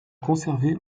conservée